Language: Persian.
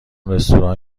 رستوران